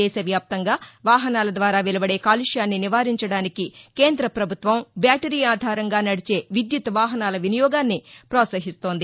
దేశ వ్యాప్తంగా వాహనాల ద్వారా వెలువడే కాలుష్యాన్ని నివారించడానికి కేంద్ర పభుత్వం బ్యాటరీ ఆధారంగా నడిచే విద్యుత్ వాహనాల వినియోగాన్ని పోత్సహిస్తోంది